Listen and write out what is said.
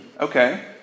okay